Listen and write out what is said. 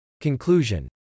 Conclusion